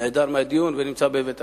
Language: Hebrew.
נעדר מהדיון ונמצא בבית הנשיא.